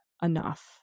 Enough